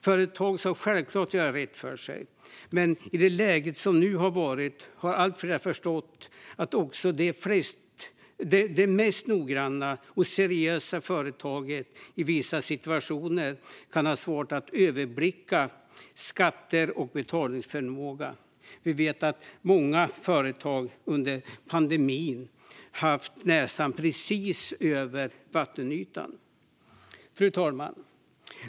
Företag ska självklart göra rätt för sig, men i det läge som har varit har allt fler förstått att också det mest noggranna och seriösa företag kan ha svårt att överblicka skatter och betalningsförmåga i vissa situationer. Vi vet att många företag har haft näsan precis över vattenytan under pandemin. Fru talman!